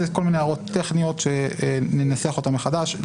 אלה כל מיני הערות טכניות שננסח אותן מחדש.